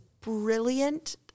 brilliant